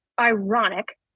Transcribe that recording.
ironic